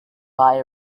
buy